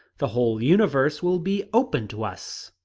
the whole universe will be open to us!